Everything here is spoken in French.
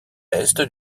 est